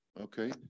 Okay